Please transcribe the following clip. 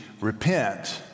repent